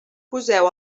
poseu